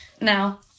Now